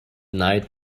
night